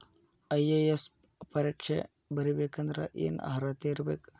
IAS ಪರೇಕ್ಷೆ ಬರಿಬೆಕಂದ್ರ ಏನ್ ಅರ್ಹತೆ ಇರ್ಬೇಕ?